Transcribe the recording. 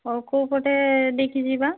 ହଉ କେଉଁ ପଟେ ଦେଇକି ଯିବା